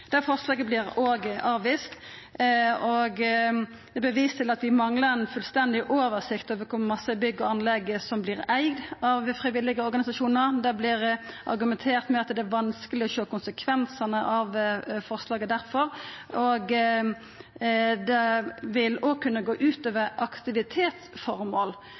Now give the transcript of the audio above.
Det forslaget vert òg avvist. Det vert vist til at vi manglar ei fullstendig oversikt over kor mange bygg og anlegg som er eigd av frivillige organisasjonar. Det vert argumentert med at det difor er vanskeleg å sjå konsekvensane av forslaget, og det vil òg kunne gå ut over aktivitetsformål,